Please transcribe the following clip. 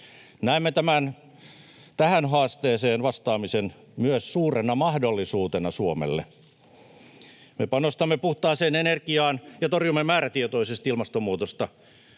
Näemme tähän haasteeseen vastaamisen myös suurena mahdollisuutena Suomelle. Me panostamme puhtaaseen energiaan ja torjumme määrätietoisesti ilmastonmuutosta.